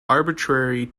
arbitrary